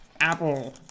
apple